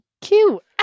cute